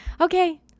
Okay